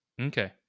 Okay